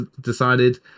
decided